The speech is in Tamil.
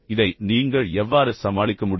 இதை நீங்கள் எவ்வாறு சமாளிக்க முடியும்